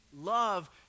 love